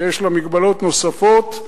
שיש לה מגבלות נוספות,